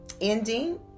ending